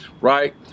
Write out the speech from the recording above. Right